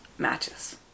matches